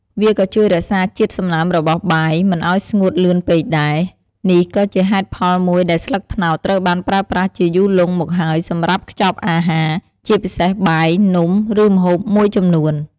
វាក៏ជួយរក្សាជាតិសំណើមរបស់បាយ មិនឲ្យស្ងួតលឿនពេកដែរ នេះក៏ជាហេតុផលមួយដែលស្លឹកត្នោតត្រូវបានប្រើប្រាស់ជាយូរលង់មកហើយសម្រាប់ខ្ចប់អាហារ ជាពិសេសបាយ នំ ឬម្ហូបមួយចំនួន។